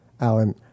Alan